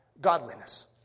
godliness